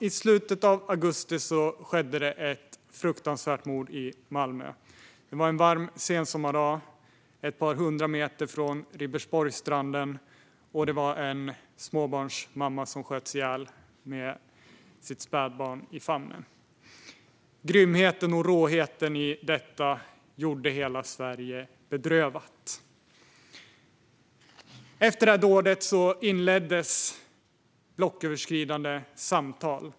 I slutet av augusti skedde ett fruktansvärt mord i Malmö. Det var en varm sensommardag. Ett par hundra meter från Ribersborgsstranden sköts en småbarnsmamma ihjäl med sitt spädbarn i famnen. Grymheten och råheten gjorde hela Sverige bedrövat. Efter dådet inleddes blocköverskridande samtal.